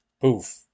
poof